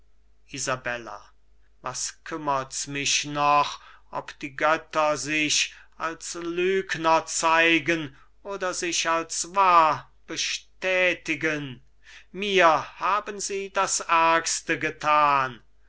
was kümmert's mich noch ob die götter sich als lügner zeigen oder sich als wahr bestätigen mir haben sie das ärgste gethan trotz